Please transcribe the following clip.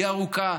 היא ארוכה,